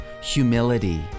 humility